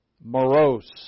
morose